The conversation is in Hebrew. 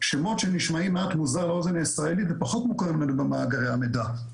שמות שנשמעים מעט מוזר לאוזן הישראלית ופחות מוכרים לנו במאגרי המידע.